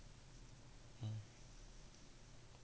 mm